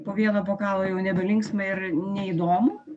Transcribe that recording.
po vieno bokalo jau nebe linksma ir neįdomu